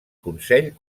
consell